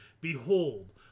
behold